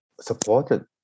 supported